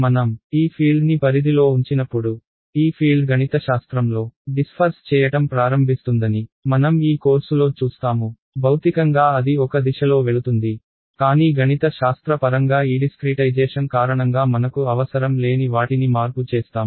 మనం ఈ ఫీల్డ్ని పరిధిలో ఉంచినప్పుడు ఈ ఫీల్డ్ గణితశాస్త్రంలో డిస్ఫర్స్ చేయటం ప్రారంభిస్తుందని మనం ఈ కోర్సులో చూస్తాము భౌతికంగా అది ఒక దిశలో వెళుతుంది కానీ గణిత శాస్త్ర పరంగా ఈ డిస్క్రీటైజేషన్ కారణంగా మనకు అవసరం లేని వాటిని మార్పు చేస్తాము